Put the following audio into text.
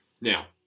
Now